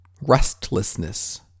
...restlessness